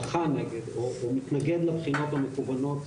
מסטודנטים מתנגד לבחינות המקוונות.